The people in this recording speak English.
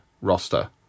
roster